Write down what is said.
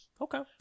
Okay